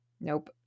Nope